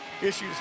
Issues